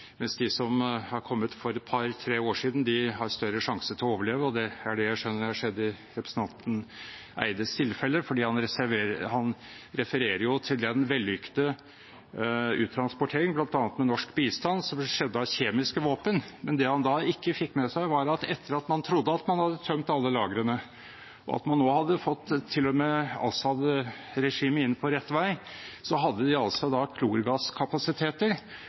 mens de som kom for to–tre år siden, har større sjanse til å overleve. Det skjønner jeg har skjedd i representanten Petter Eides tilfelle, for han refererer til den vellykkede uttransporteringen av kjemiske våpen som skjedde – med bl.a. norsk bistand – men det han ikke har fått med seg, er at etter at man trodde at man hadde tømt alle lagrene, og at man til og med hadde fått Assad-regimet inn på rett vei, hadde de klorgasskapasiteter, som det bare var USA som var i stand til å ta ut, ut fra folkeretten. Da